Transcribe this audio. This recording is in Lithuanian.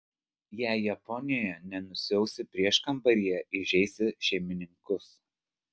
jei japonijoje nenusiausi prieškambaryje įžeisi šeimininkus